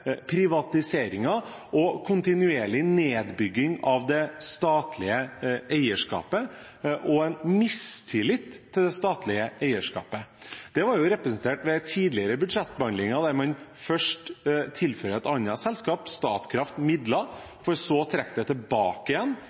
kontinuerlig nedbygging av det statlige eierskapet og mistillit til det statlige eierskapet. Det er representert ved at man i tidligere budsjettbehandlinger først tilfører et annet selskap, Statkraft, midler, for så å trekke det tilbake igjen,